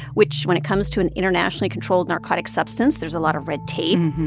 which, when it comes to an internationally controlled narcotic substance, there's a lot of red tape.